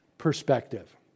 Perspective